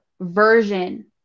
version